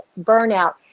burnout